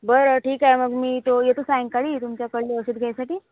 बरं ठीक आहे मग मी तो येतो सायंकाळी तुमच्याकडले औषध घ्यायसाठी